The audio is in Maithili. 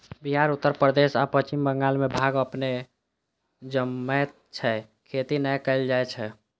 बिहार, उत्तर प्रदेश आ पश्चिम बंगाल मे भांग अपने जनमैत छै, खेती नै कैल जाए छै